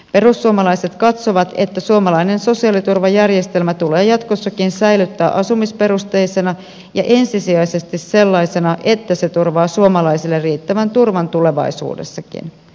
perussuomalaiset katsovat että suomalainen sosiaaliturvajärjestelmä tulee jatkossakin säilyttää asumisperusteisena ja ensisijaisesti sellaisena että se turvaa suomalaiselle riittävän turvan tulevaisuudessakin